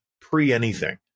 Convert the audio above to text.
pre-anything